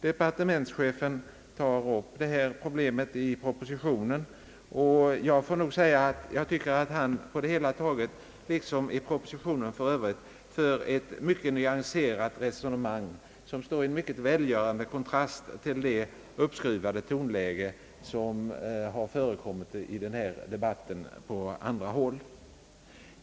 Departementschefen tar upp detta problem i propositionen. Jag tycker att han på det hela taget — liksom i propositionen för övrigt — för ett mycket nyanserat resonemang, som står i mycket välgörande kontrast till det uppskruvade tonläge som har förekommit i denna debatt på andra håll.